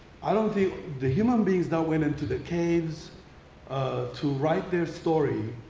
i don't think the human beings that went into the caves to write their story